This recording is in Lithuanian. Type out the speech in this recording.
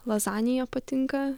lazanija patinka